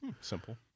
Simple